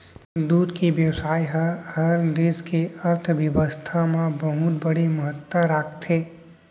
दूद के बेवसाय हर देस के अर्थबेवस्था म बहुत बड़े महत्ता राखथे